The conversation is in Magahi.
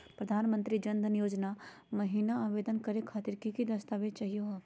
प्रधानमंत्री जन धन योजना महिना आवेदन करे खातीर कि कि दस्तावेज चाहीयो हो?